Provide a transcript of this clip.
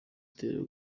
itera